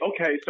Okay